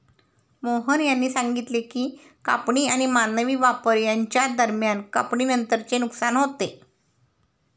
मोहन यांनी सांगितले की कापणी आणि मानवी वापर यांच्या दरम्यान कापणीनंतरचे नुकसान होते